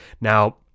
now